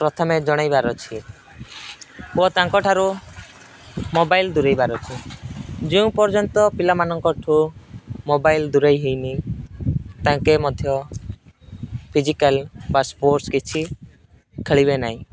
ପ୍ରଥମେ ଜଣାଇବାର ଅଛି ଓ ତାଙ୍କଠାରୁ ମୋବାଇଲ ଦୂରେଇବାର ଅଛି ଯେଉଁ ପର୍ଯ୍ୟନ୍ତ ପିଲାମାନଙ୍କ ଠୁ ମୋବାଇଲ ଦୂରେଇ ହେଇନି ତାଙ୍କେ ମଧ୍ୟ ଫିଜିକାଲ୍ ବା ସ୍ପୋର୍ଟସ କିଛି ଖେଳିବେ ନାହିଁ